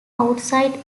outside